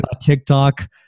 TikTok